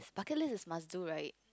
bucket list is must do right